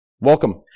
Welcome